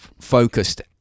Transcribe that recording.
focused